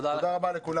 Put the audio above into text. תודה רבה לכולם.